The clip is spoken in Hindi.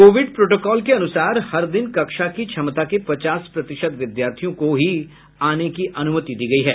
कोविड प्रोटोकॉल के अनुसार हर दिन कक्षा की क्षमता के पचास प्रतिशत विद्यार्थियों को आने की अनुमति दी गयी है